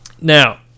Now